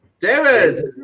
David